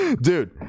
Dude